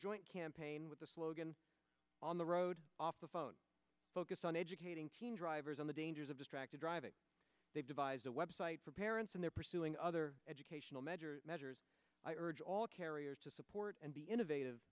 joint campaign with the slogan on the road off the phone focus on educating teen drivers on the dangers of distracted driving they've devised a website for parents and they're pursuing other educational measures measures i urge all carriers to support and be innovative